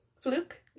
Fluke